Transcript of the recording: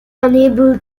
unable